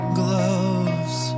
gloves